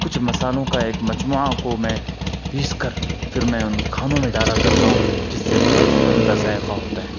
کچھ مصالحوں کا ایک مجموعہ کو میں پیس کر پھر میں ان کھانوں میں ڈالا کرتا ہوں جس سے بہت ہی عمدہ ذائقہ ہوتا ہے